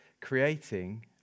creating